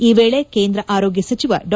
ಈ ವೇಳೆ ಕೇಂದ್ರ ಆರೋಗ್ಯ ಸಚಿವ ಡಾ